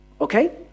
okay